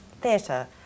theatre